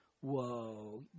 Whoa